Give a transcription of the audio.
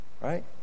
Right